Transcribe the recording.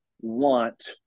want